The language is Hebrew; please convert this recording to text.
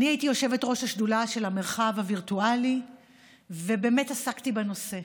הייתי יושבת-ראש השדולה של המרחב הווירטואלי ועסקתי בנושא.